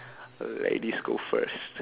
ladies go first